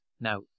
Now